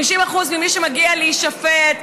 50% ממי שמגיע להישפט,